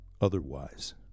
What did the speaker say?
Otherwise